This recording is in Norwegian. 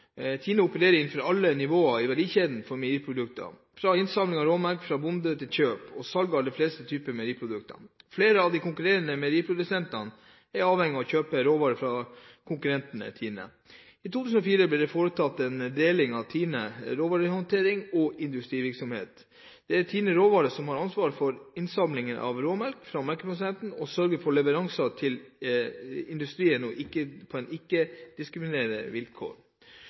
TINE opererer innenfor alle nivåer av verdikjeden for meieriprodukter, fra innsamling av råmelk fra bonde til kjøp og salg av de fleste typer meieriprodukter. Flere av de konkurrerende meieriprodusentene er avhengige av å kjøpe råvarer fra konkurrenten TINE. I 2004 ble det foretatt en deling av TINEs råvarehåndtering og industrivirksomhet. Det er TINE Råvare som har ansvaret for innsamling av råmelk fra melkeprodusentene og sørger for leveranser til industrien på ikke-diskriminerende vilkår. Konkurransesituasjonen innenfor meierisektoren er svak, med TINE SA som en